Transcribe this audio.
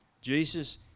Jesus